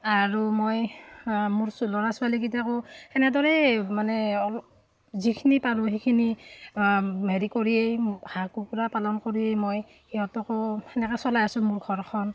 আৰু মই মোৰ ল'ৰা ছোৱালীকেইটাকো সেনেদৰেই মানে যিখিনি পাৰোঁ সেইখিনি হেৰি কৰিয়েই হাঁহ কুকুৰা পালন কৰিয়েই মই সিহঁতকো সেনেকৈ চলাই আছো মোৰ ঘৰখন